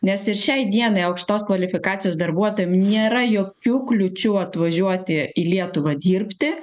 nes ir šiai dienai aukštos kvalifikacijos darbuotojam nėra jokių kliūčių atvažiuoti į lietuvą dirbti